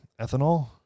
Ethanol